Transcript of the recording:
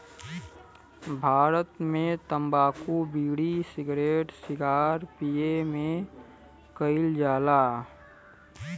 भारत मे तम्बाकू बिड़ी, सिगरेट सिगार पिए मे कइल जाला